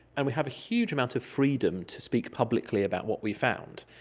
and we have a huge amount of freedom to speak publicly about what we found.